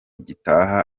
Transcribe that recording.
gitaha